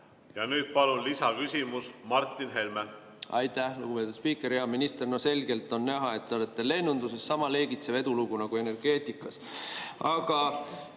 Ja nüüd palun lisaküsimus, Martin Helme! Aitäh, lugupeetud spiiker! Hea minister! Selgelt on näha, et te olete lennunduses sama leegitsev edulugu nagu energeetikas.